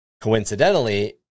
Coincidentally